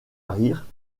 rire